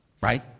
right